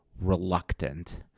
reluctant